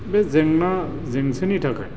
बे जेंना जेंसिनि थाखाय